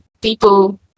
people